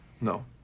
No